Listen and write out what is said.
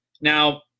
now